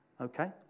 Okay